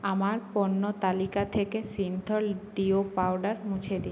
আমার পণ্য তালিকা থেকে সিন্থল ডিও পাউডার মুছে দিন